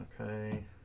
Okay